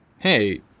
Hey